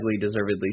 deservedly